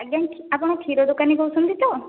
ଆଜ୍ଞା ଆପଣ କ୍ଷୀର ଦୋକାନୀ କହୁଛନ୍ତି ତ